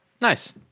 Nice